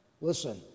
Listen